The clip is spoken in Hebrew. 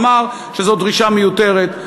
אמר שזאת דרישה מיותרת,